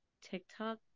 TikTok